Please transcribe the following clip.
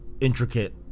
intricate